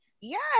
Yes